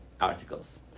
articles